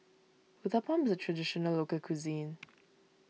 Uthapam is a Traditional Local Cuisine